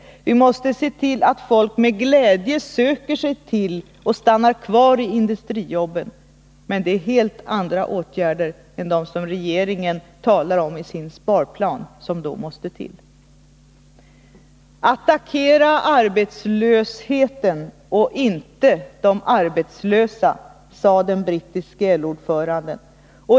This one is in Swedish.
Vi måste se till att folk med glädje söker sig till och stannar kvar i industrijobben. Men då måste det till helt andra åtgärder än dem som den borgerliga regeringen talar om i sin sparplan. Attackera arbetslösheten och inte de arbetslösa! sade den brittiske LO-ordföranden.